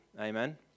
Amen